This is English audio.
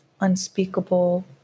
unspeakable